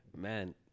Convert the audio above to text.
Man